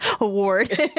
award